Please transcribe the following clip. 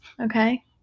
okay